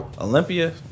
Olympia